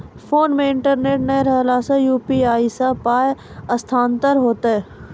Phone मे internet नै रहला सॅ, यु.पी.आई सॅ पाय स्थानांतरण हेतै?